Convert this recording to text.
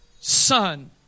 son